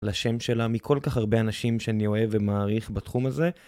לשם שלה מכל כך הרבה אנשים שאני אוהב ומעריך בתחום הזה.